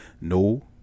No